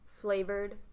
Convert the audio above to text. flavored